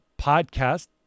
podcast